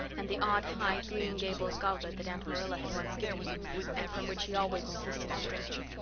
and the odd, high green gables goblet that aunt marilla had once given him and from which he always insisted on drinking.